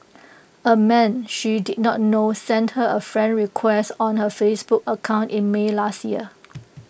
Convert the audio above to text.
A man she did not know sent her A friend request on her Facebook account in may last year